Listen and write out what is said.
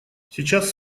сейчас